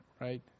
right